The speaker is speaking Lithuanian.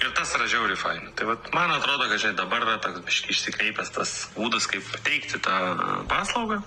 ir tas yra žiauriai fainai tai vat man atrodo kad žinai dabar yra toks biškį išsikreipęs tas būdas kaip teikti tą paslaugą